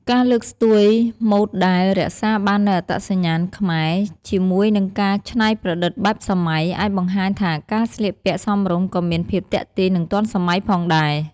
ការលើកស្ទួយម៉ូដដែល រក្សាបាននូវអត្តសញ្ញាណខ្មែរជាមួយនឹងការច្នៃប្រឌិតបែបសម័យ អាចបង្ហាញថាការស្លៀកពាក់សមរម្យក៏មានភាពទាក់ទាញ និងទាន់សម័យផងដែរ។